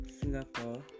Singapore